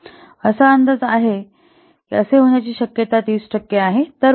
असा अंदाज आहे की असे होण्याची शक्यता 30 टक्के आहे